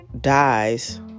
dies